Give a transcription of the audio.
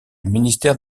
ministère